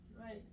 Right